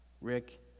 Rick